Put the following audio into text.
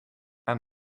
aan